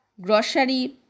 Grocery